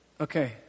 Okay